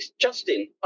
Justin